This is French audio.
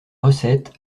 recette